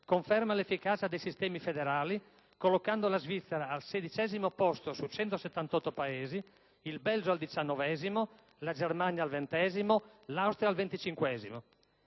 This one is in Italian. conferma l'efficacia dei sistemi federali, collocando la Svizzera al sedicesimo posto su 178 Paesi, il Belgio al diciannovesimo, la Germania al ventesimo, l'Austria al venticinquesimo.